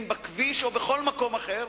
אם בכביש או בכל מקום אחר,